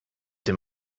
dem